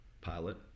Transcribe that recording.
pilot